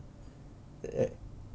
uh